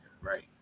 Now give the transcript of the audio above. Right